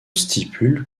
stipule